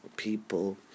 people